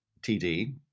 td